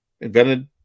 invented